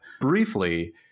briefly